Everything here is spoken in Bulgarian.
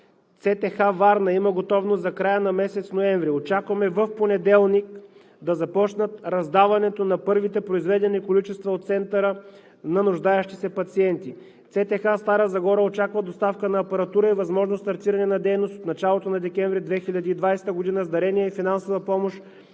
ЦТХ-Варна има готовност за края на месец ноември. Очакваме в понеделник да започнат раздаването на първите произведени количества от Центъра на нуждаещи се пациенти. ЦТХ-Стара Загора очаква доставка на апаратура и възможно стартиране на дейност от началото на месец декември 2020 г. с дарение и финансова помощ